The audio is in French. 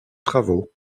travaux